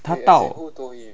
他到